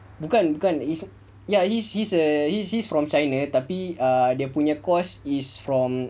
bukan bukan he's he's a he's he's from china tapi dia punya course is from